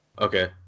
okay